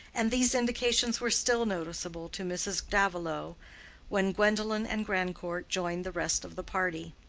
and these indications were still noticeable to mrs. davilow when gwendolen and grandcourt joined the rest of the party.